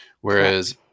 whereas